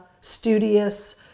studious